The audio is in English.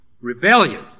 Rebellion